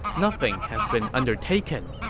nothing has been undertaken,